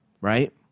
right